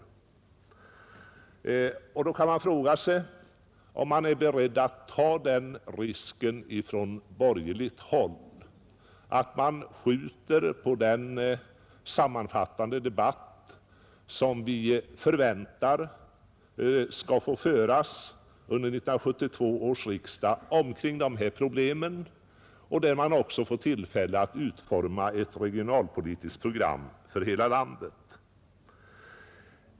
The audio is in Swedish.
Jag frågar mig om man på borgerligt håll är beredd att ta den risken, att man skjuter på den sammanfattande debatt som vi förväntar skall få föras under 1972 års riksdag omkring de här problemen och där man också får tillfälle att utforma ett regionalpolitiskt program för hela landet.